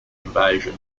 invasion